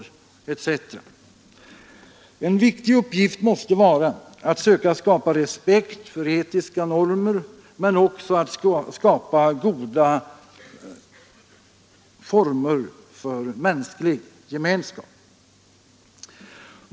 En viktig uppgift måste vara att söka skapa respekt för etiska normer men också att åstadkomma goda former för mänsklig gemenskap.